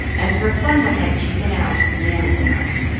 and for fun one night, she went out with a man in town.